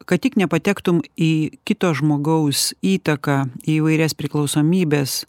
kad tik nepatektum į kito žmogaus įtaką į įvairias priklausomybes